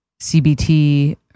CBT